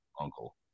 Uncle